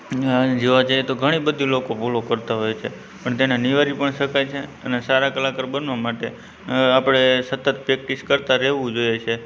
ન્યા જોવા જઇએ તો ઘણી બધી લોકો ભૂલો કરતાં હોય છે અને તેને નિવારી પણ શકાય છે અને સારા કલાકાર બનવા માટે આપણે સતત પ્રૅક્ટિસ કરતાં રહેવું જોઈએ છે